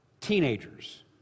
Teenagers